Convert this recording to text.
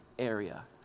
area